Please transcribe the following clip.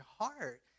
heart